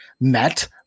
met